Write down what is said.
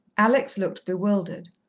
alex looked bewildered.